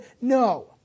no